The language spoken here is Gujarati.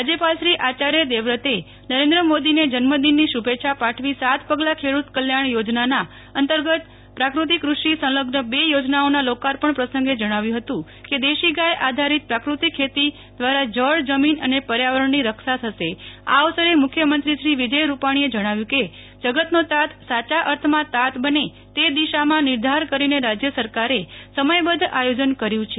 રાજ્યપાલ શ્રી આયાર્ય દેવવ્રતે વડાપ્રધાન શ્રી નરેન્દ્રભાઇ મોદીને જન્મદિનની શુભેચ્છા પાઠવી સાત પગલાં ખેડૂત કલ્યાણના યોજના અંતર્ગત પ્રાકૃતિક કૃષિ સંલઝ્ન બે યોજનાઓના લોકાર્પણ પ્રસંગે જણાવ્યું હતું કે દેશી ગાય આધારિત પ્રાકૃતિક કૃષિ દ્વારા આ અવસરે મુખ્યમંત્રી શ્રી વિજય રૂપાણી જણાવ્યું છે કે જગત ની તાત સાચા અર્થમાં તાંત બને તે દિશામાં નિર્ધાર કરીને રાજ્ય સરકારે સમયબદ્ધ આયોજન કર્યું છે